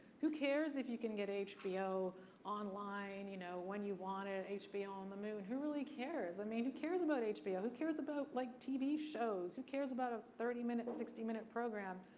who cares if you can get hbo online, you know when you want it, hbo on the moon? who cares, i mean who cares about hbo, who cares about like tv shows, who cares about a thirty minute, sixty minute program?